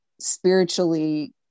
spiritually